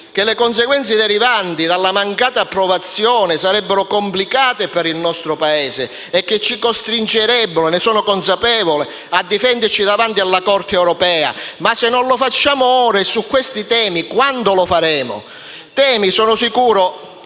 che le conseguenze derivanti dalla mancata approvazione sarebbero complicate per il nostro Paese e ci costringerebbero a difenderci davanti alla Corte europea. Ma, se non lo facciamo ora e su questi temi, quando lo faremo? Si tratta